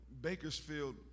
Bakersfield